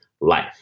life